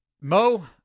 Mo